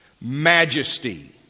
majesty